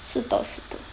是的是的